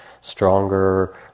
stronger